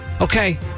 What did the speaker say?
Okay